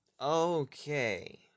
Okay